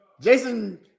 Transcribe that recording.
Jason